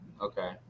okay